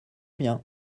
bien